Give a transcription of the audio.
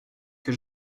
que